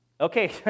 Okay